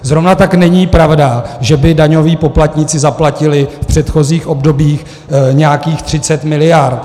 Zrovna tak není pravda, že by daňoví poplatníci zaplatili v předchozích obdobích nějakých 30 miliard.